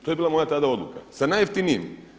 To je bila moja tada odluka, sa najjeftinijim.